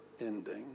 ending